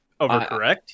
Overcorrect